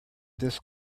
this